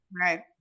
Right